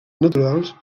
naturals